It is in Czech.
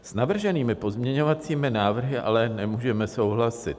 S navrženými pozměňovacími návrhy ale nemůžeme souhlasit.